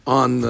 on